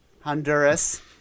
Honduras